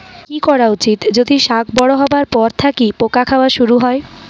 কি করা উচিৎ যদি শাক বড়ো হবার পর থাকি পোকা খাওয়া শুরু হয়?